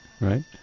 right